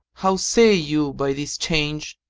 how say you by this change?